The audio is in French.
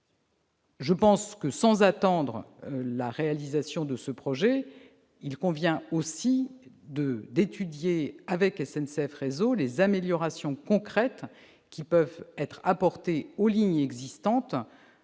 publique. Sans attendre la réalisation de ce projet, il convient aussi d'étudier avec SNCF Réseau les améliorations concrètes pouvant être apportées aux lignes existantes,